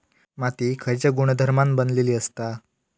माती खयच्या गुणधर्मान बनलेली असता?